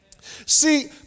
See